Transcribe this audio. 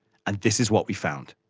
and this is what we found.